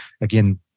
again